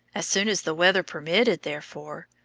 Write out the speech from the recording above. as soon as the weather permitted, therefore,